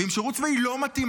ואם שירות צבאי לא מתאים,